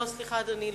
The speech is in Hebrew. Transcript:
לא, סליחה, אדוני.